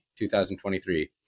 2023